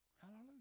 Hallelujah